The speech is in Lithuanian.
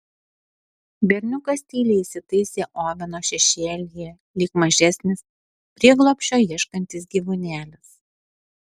berniukas tyliai įsitaisė oveno šešėlyje lyg mažesnis prieglobsčio ieškantis gyvūnėlis